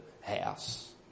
house